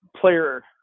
player